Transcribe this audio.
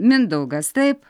mindaugas taip